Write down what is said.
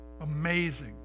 Amazing